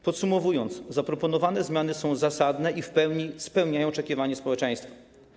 Podsumowując, zaproponowane zmiany są zasadne i w pełni spełniają oczekiwania społeczeństwa.